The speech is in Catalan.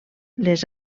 les